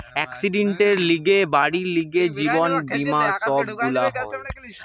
একসিডেন্টের লিগে, বাড়ির লিগে, জীবন বীমা সব গুলা হয়